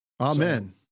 amen